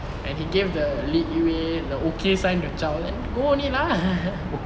and he gave the leeway the okay sign to zao and go only lah